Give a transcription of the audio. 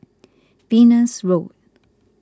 Venus Road